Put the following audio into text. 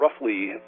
roughly